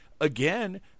again